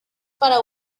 para